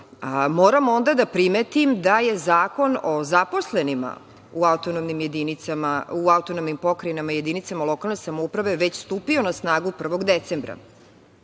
moram onda da primetim da je Zakon o zaposlenima u autonomnim pokrajinama i jedinicama lokalne samouprave već stupio na snagu 1. decembra.